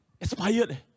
expired